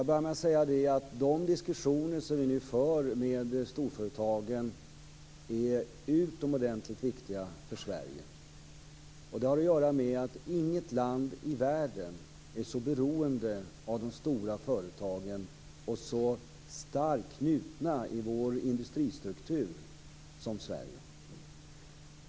Herr talman! De diskussioner som vi nu för med storföretagen är utomordentligt viktiga för Sverige. Det har att göra med att inget land i världen är så beroende av de stora företagen och så starkt knutet i sin industristruktur som Sverige.